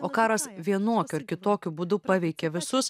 o karas vienokiu ar kitokiu būdu paveikė visus